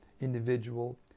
individual